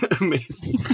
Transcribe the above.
Amazing